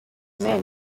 man